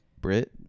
Brit